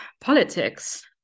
politics